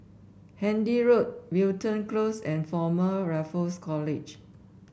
Handy Road Wilton Close and Former Raffles College